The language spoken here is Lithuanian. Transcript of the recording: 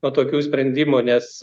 nuo tokių sprendimų nes